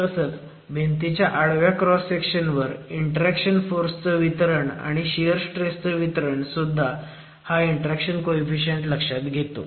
तसंच भिंतीच्या आडव्या क्रॉस सेक्शनवर इंटरॅक्शन फोर्स चं वितरण आणि शियर स्ट्रेसच वितरण सुद्धा हा इंटरॅक्शन कोईफिशीयंट लक्षात घेतो